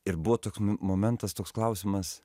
ir buvo toks momentas toks klausimas